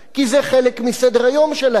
כי זה חלק מסדר-היום שלהם,